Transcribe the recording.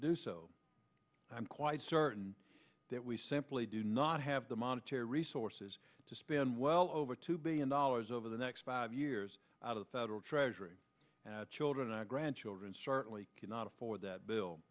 do so i'm quite certain that we simply do not have the monetary resources to spend well over two billion dollars over the next five years out of the federal treasury and children our grandchildren certainly cannot afford that bill